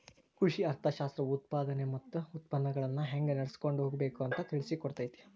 ಕೃಷಿ ಅರ್ಥಶಾಸ್ತ್ರವು ಉತ್ಪಾದನೆ ಮತ್ತ ಉತ್ಪನ್ನಗಳನ್ನಾ ಹೆಂಗ ನಡ್ಸಕೊಂಡ ಹೋಗಬೇಕು ಅಂತಾ ತಿಳ್ಸಿಕೊಡತೈತಿ